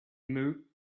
moved